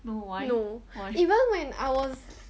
no even when I was